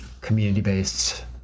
community-based